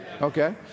Okay